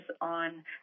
on